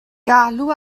galw